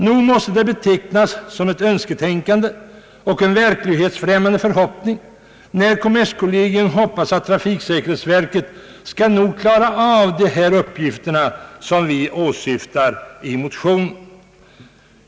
Nog måste det betecknas som ett önsketänkande och en verklighetsfrämmande förhoppning, när kommerskollegium väntar sig att trafiksäkerhetsverket skall klara av de uppgifter som åsyftas i motionerna.